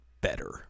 better